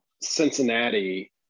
Cincinnati